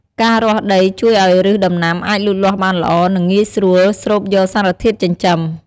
ការរាស់ដីជួយឱ្យឫសដំណាំអាចលូតលាស់បានល្អ និងងាយស្រួលស្រូបយកសារធាតុចិញ្ចឹម។